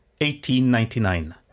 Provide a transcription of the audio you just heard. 1899